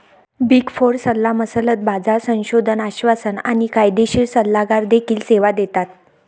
big four सल्लामसलत, बाजार संशोधन, आश्वासन आणि कायदेशीर सल्लागार देखील सेवा देतात